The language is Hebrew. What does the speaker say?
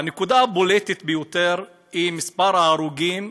הנקודה הבולטת ביותר היא מספר ההרוגים,